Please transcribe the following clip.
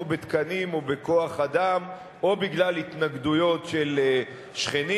בתקנים או בכוח-אדם או בגלל התנגדויות של שכנים.